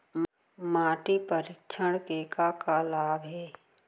माटी परीक्षण के का का लाभ हे?